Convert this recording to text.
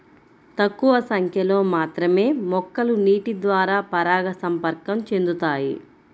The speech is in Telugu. తక్కువ సంఖ్యలో మాత్రమే మొక్కలు నీటిద్వారా పరాగసంపర్కం చెందుతాయి